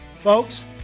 Folks